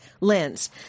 lens